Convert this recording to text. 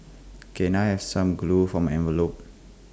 can I have some glue for my envelopes